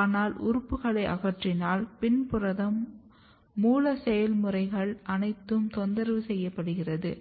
ஆனால் உறுப்புகளை அகற்றினால் PIN புரதம் மூலம் செயல்முறைகள் அனைத்தும் தொந்தரவு செய்யப்படுகிறது